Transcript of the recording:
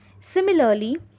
similarly